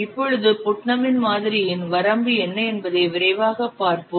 இப்பொழுது புட்னமின் மாதிரியின் Putnam's model வரம்பு என்ன என்பதை விரைவாகப் பார்ப்போம்